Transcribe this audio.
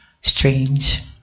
strange